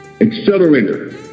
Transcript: accelerator